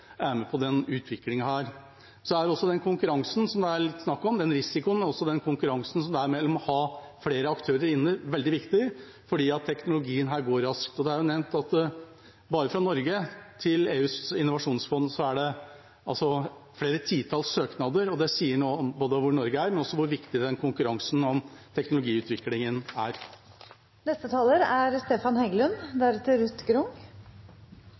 Så er også den konkurransen det er snakk om – risikoen, men også konkurransen – ved å ha flere aktører inne, veldig viktig, for teknologien her går raskt. Det er nevnt at det bare fra Norge til EUs innovasjonsfond er flere titalls søknader, og det sier noe om både hvor Norge er, og også hvor viktig konkurransen om teknologiutviklingen er. Det er